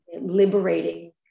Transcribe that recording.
liberating